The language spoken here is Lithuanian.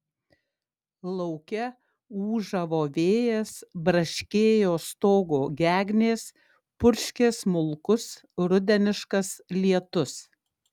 lauke ūžavo vėjas braškėjo stogo gegnės purškė smulkus rudeniškas lietus